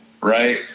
right